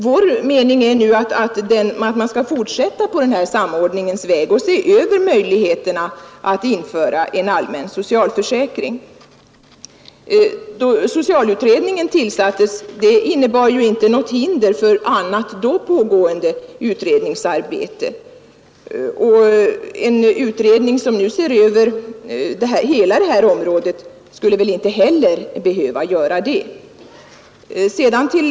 Vår mening är nu att man skall fortsätta på samordningens väg och se över möjligheterna att införa en allmän socialförsäkring. Att socialutredningen tillsattes innebar ju inte något hinder för annat då pågående utredningsarbete, och en utredning som nu ser över det här området skulle väl heller inte behöva innebära något sådant hinder.